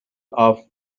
off